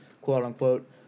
quote-unquote